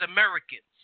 Americans